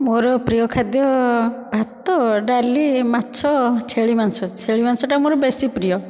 ମୋର ପ୍ରିୟ ଖାଦ୍ୟ ଭାତ ଡାଲି ମାଛ ଛେଳି ମାଂସ ଛେଳି ମାଂସଟା ମୋର ବେଶୀ ପ୍ରିୟ